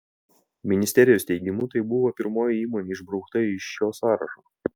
ministerijos teigimu tai buvo pirmoji įmonė išbraukta iš šio sąrašo